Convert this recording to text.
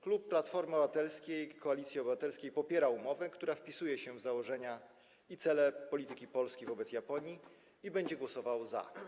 Klub Platformy Obywatelskiej - Koalicji Obywatelskiej popiera umowę, która wpisuje się w założenia i cele polityki Polski wobec Japonii, i będzie głosował za.